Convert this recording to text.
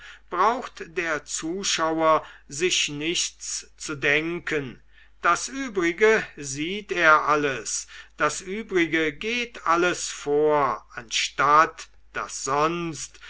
braucht der zuschauer sich nichts zu denken das übrige sieht er alles das übrige geht alles vor anstatt daß sonst